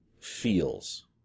feels